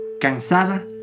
cansada